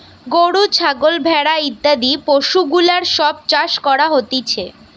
গরু, ছাগল, ভেড়া ইত্যাদি পশুগুলার সব চাষ করা হতিছে